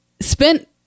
spent